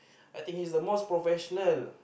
I think he is the most professional